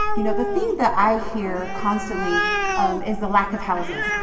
you know, the thing that i hear constantly is the lack of housing.